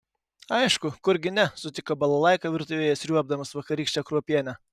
aišku kurgi ne sutiko balalaika virtuvėje sriuobdamas vakarykštę kruopienę